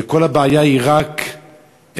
וכל הבעיה היא רק כספית.